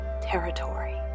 territory